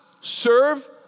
serve